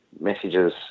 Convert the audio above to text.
messages